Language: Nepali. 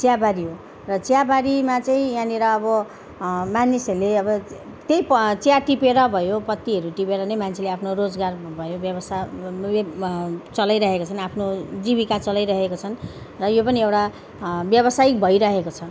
चियाबारी हो र चियाबारीमा चाहिँ यहाँनिर अब मानिसहरूले अब त्यही प चिया टिपेर भयो पत्तीहरू टिपेर नै मान्छेले आफ्नो रोजगार भयो व्यवसाय चलाइरहेको छन् आफ्नो जीविका चलाइरहेका छन् र यो पनि एउटा व्यावसायिक भइरहेको छ